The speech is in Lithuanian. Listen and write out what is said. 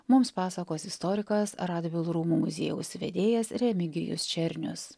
mums pasakos istorikas radvilų rūmų muziejaus vedėjas remigijus černius